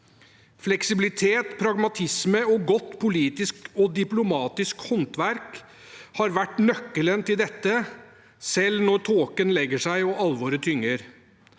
Fleksibilitet, pragmatisme og godt politisk og diplomatisk håndverk har vært nøkkelen til dette, selv når tåken legger seg og alvoret tynger.